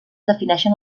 defineixen